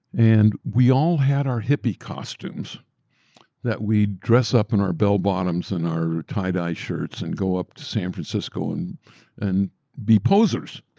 and we all had our hippie costumes that we dress up in our bell-bottoms and our tie-dye shirts and go up to san francisco and and be posers.